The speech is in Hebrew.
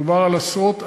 מדובר על עשרות-אלפים.